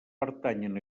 pertanyen